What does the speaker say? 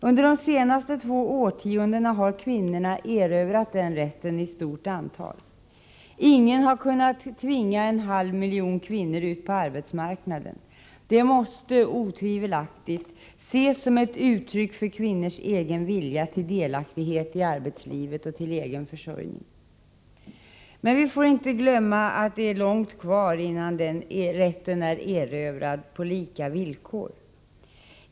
Under de senaste två årtiondena har kvinnorna erövrat den rätten i stort antal. Ingen har kunnat tvinga en halv miljon kvinnor ut på arbetsmarknaden. Det måste otvivelaktigt ses som ett uttryck för kvinnors egen vilja till delaktighet i arbetslivet och till egen försörjning. Men vi får inte glömma att det är långt kvar innan den rätten är erövrad på lika villkor.